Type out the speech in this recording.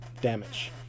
damage